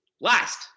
last